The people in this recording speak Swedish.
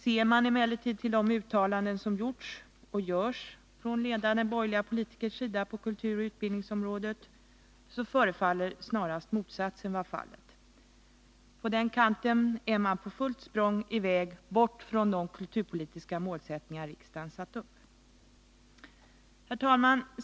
Ser man emellertid till de uttalanden som gjorts och görs från ledande borgerliga politiker på kulturoch utbildningsområdet så förefaller snarast motsatsen vara fallet. På den kanten är man på fullt språng i väg bort från de kulturpolitiska målsättningar riksdagen satt upp. Herr talman!